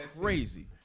crazy